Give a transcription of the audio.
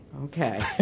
Okay